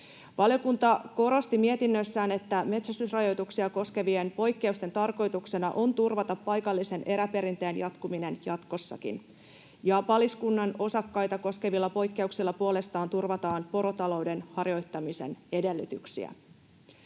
Valiokunta korosti mietinnössään, että metsästysrajoituksia koskevien poikkeusten tarkoituksena on turvata paikallisen eräperinteen jatkuminen jatkossakin. Ja paliskunnan osakkaita koskevilla poikkeuksilla puolestaan turvataan porotalouden harjoittamisen edellytyksiä.